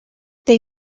they